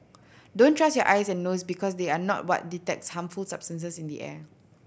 don't trust your eyes and nose because they are not what detects harmful substances in the air